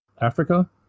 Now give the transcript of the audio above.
africa